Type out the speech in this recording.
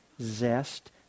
zest